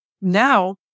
Now